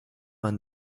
man